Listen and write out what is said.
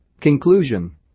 Conclusion